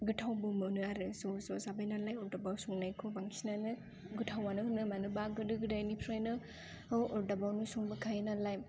गोथावबो मोनो आरो ज' ज' जाबाय नालाय अरदाबाव संनायखौ बांसिनानो गोथावानो होनो मानोना गोदो गोदायनिफ्रायनो अरदाबावनो संबोखायो नालाय